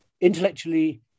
intellectually